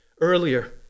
earlier